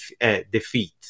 defeat